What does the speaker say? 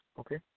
Okay